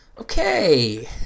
Okay